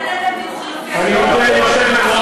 אלא לתת להם דיור חלופי.